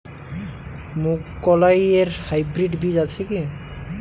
মুগকলাই এর হাইব্রিড বীজ আছে কি?